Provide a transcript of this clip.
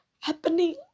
happening